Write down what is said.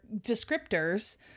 descriptors